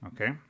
Okay